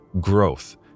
growth